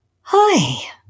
hi